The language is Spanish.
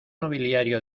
nobiliario